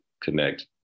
connect